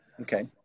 Okay